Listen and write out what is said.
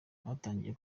batangiye